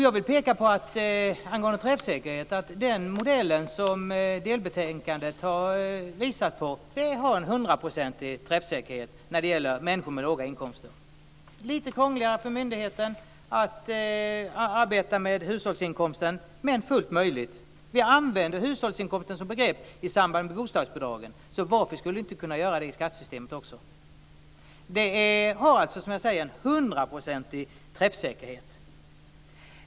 Angående träffsäkerheten vill jag peka på att den modell som delbetänkandet har visat på har hundraprocentig träffsäkerhet när det gäller människor med låga inkomster. Det blir lite krångligare för myndigheten att arbeta med hushållsinkomsten, men det är fullt möjligt. Vi använder hushållsinkomsten som begrepp i samband med bostadsbidragen. Varför skulle vi då inte kunna göra det också i skattesystemet? Det har alltså en hundraprocentig träffsäkerhet.